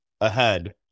ahead